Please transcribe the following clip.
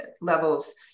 levels